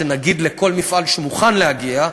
נגיד לכל מפעל שמוכן להגיע,